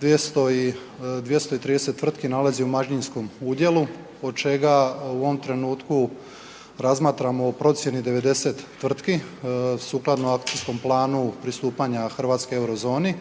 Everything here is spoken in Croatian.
230 tvrtki nalazi u manjinskom udjelu od čega u ovom trenutku razmatramo o procjeni 90 tvrtki sukladno Akcijskom planu pristupanja Hrvatske euro zoni.